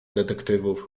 detektywów